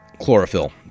chlorophyll